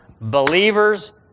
believers